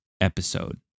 episode